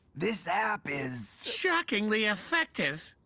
this app is, shockingly effective.